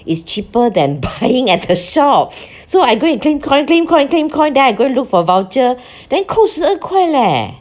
it's cheaper than buying at the shop so I go and claim coin claim coin claim coin then I go and look for voucher then 扣十二块 leh